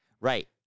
Right